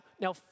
Now